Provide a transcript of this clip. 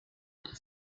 belle